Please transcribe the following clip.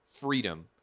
freedom